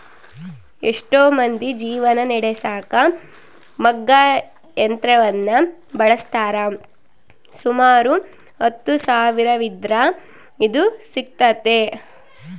ಎಷ್ಟೊ ಮಂದಿ ಜೀವನ ನಡೆಸಕ ಮಗ್ಗ ಯಂತ್ರವನ್ನ ಬಳಸ್ತಾರ, ಸುಮಾರು ಹತ್ತು ಸಾವಿರವಿದ್ರ ಇದು ಸಿಗ್ತತೆ